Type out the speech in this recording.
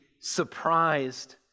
surprised